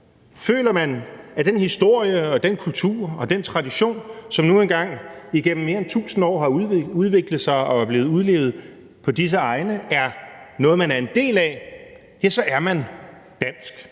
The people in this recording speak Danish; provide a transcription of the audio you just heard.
føler man, at den historie og den kultur og den tradition, som nu engang igennem mere end tusind år har udviklet sig og er blevet udlevet på disse egne, er noget, som man er en del af, ja, så er man dansk.